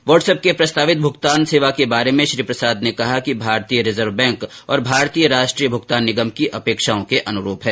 watts app के प्रस्तावित भूगतान सेवा के बारे में श्री प्रसाद ने कहा कि भारतीय रिजर्व बैंक और भारतीय राष्ट्रीय भुगतान निगम की अपेक्षाओं के अनुरूप है